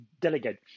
delegate